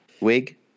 Wig